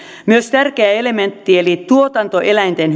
myös tärkeä elementti eli tuotantoeläinten